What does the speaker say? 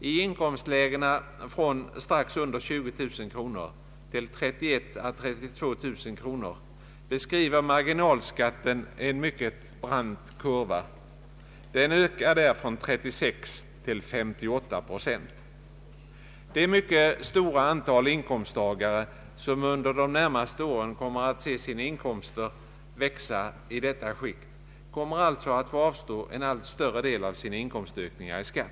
I inkomstlägena från strax under 20000 kronor till 31 000 å 32 000 kronor beskriver marginalskatten en mycket brant kurva — den ökar där från 36 till 58 procent. Det mycket stora antal inkomsttagare i detta skikt som under de närmaste åren kommer att se sina inkomster växa, får alltså avstå en allt större del av ökningen genom beskattningen.